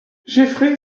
jeffrey